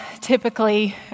typically